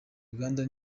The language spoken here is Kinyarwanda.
uganda